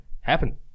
Happen